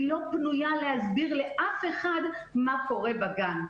היא לא פנויה להסביר לאף אחד מה קורה בגן,